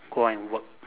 go out and work